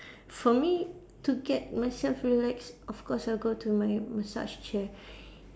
for me to get myself relaxed of course I'll go to my massage chair